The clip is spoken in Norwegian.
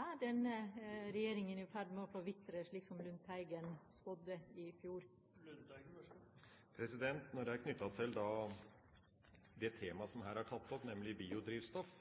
Er denne regjeringen i ferd med å forvitre, slik som Lundteigen spådde i fjor? Når det gjelder det temaet som her er tatt opp, nemlig biodrivstoff,